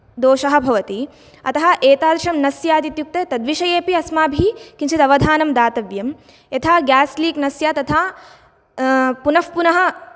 दोषः भवति अतः एतादृशं न स्यात् इत्युक्ते तद्विषये अपि अस्माभिः किञ्चिद् अवधानं दातव्यं यथा गेस् लीक् न स्याद् तथा पुनः पुनः